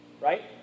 right